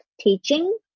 teaching